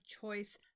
choice